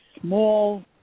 small